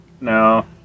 No